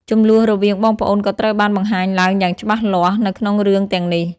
ជម្លោះរវាងបងប្អូនក៏ត្រូវបានបង្ហាញឡើងយ៉ាងច្បាស់លាស់នៅក្នុងរឿងទាំងនេះ។